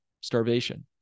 starvation